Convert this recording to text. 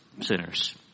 sinners